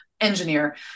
engineer